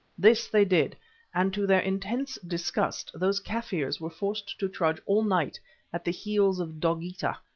this they did and to their intense disgust those kaffirs were forced to trudge all night at the heels of dogeetah,